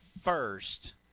first